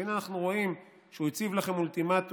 והינה אנחנו רואים שהוא הציב לכם אולטימטום